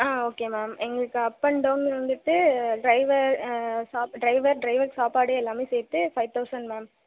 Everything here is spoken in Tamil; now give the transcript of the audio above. ஆ ஓகே மேம் எங்களுக்கு அப் அண்ட் டௌன் வந்துட்டு டிரைவர் சாப் டிரைவர் டிரைவருக்கு சாப்பாடு எல்லாமே சேர்த்து ஃபைவ் தௌசண்ட் மேம்